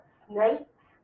snakes